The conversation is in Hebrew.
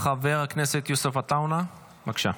חבר הכנסת יוסף עטאונה, בבקשה.